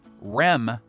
REM